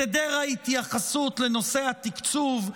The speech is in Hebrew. את היעדר ההתייחסות לנושא התקצוב,